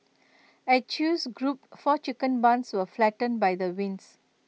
at chew's group four chicken barns were flattened by the winds